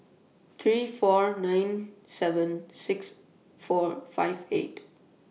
three four nine seven six four five eight